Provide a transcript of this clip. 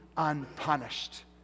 unpunished